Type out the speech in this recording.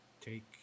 Take